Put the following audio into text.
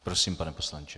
Prosím, pane poslanče.